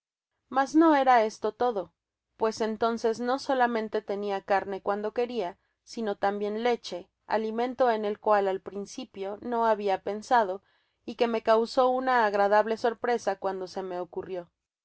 mas no era esto todo pues entonces no solamente tenia carne cuando queria sino tambien leche alimento en el cual al principio no habia pensado y que me causó una agradable sorpresa cuando se me ocurrio